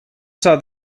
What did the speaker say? saw